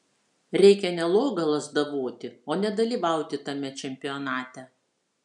reikia ne logą lazdavoti o nedalyvauti tame čempionate